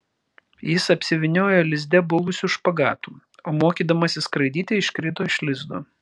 jis apsivyniojo lizde buvusiu špagatu o mokydamasis skraidyti iškrito iš lizdo